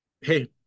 hey